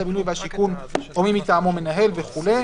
הבינוי והשיכון או מי מטעמו מנהל וכו'.